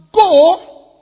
go